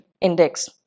index